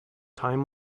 time